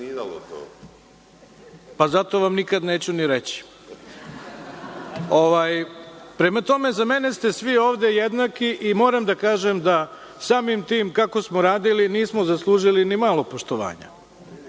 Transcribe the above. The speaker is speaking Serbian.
zato vam nikad i neću reći. Prema tome, za mene ste svi ovde jednaki i moram da kažem da samim tim kako smo radili nismo zaslužili ni malo poštovanja.